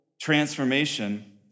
transformation